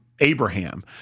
Abraham